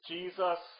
Jesus